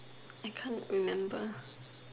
I can't remember